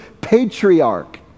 patriarch